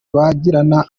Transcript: bagirana